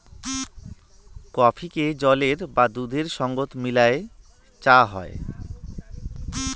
কফিকে জলের বা দুধের সঙ্গত মিলায় ছা হই